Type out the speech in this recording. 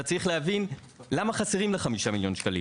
אתה צריך להבין למה חסרים לה 5 מיליון ₪,